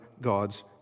God's